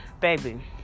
baby